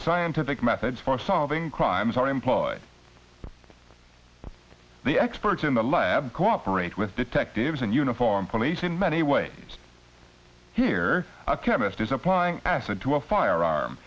scientific methods for solving crimes are employed the experts in the lab cooperate with detectives and uniformed police in many ways here a chemist is applying acid to a firearm